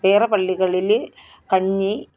വേറെ പള്ളികളിൽ കഞ്ഞി